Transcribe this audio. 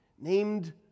named